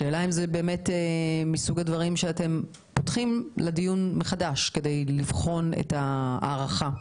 השאלה אם זה מסוג הדברים שאתם פותחים לדיון מחדש כדי לבחון את ההארכה.